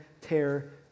tear